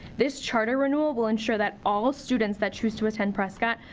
this charter renewal will ensure that all students that choose to attend prescott,